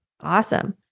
Awesome